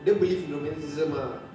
dia believe in romanticism ah